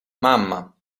mamma